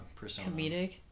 comedic